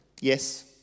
Yes